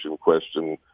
question